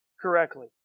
correctly